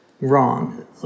wrong